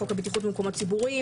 חוק הבטיחות במקומות ציבוריים,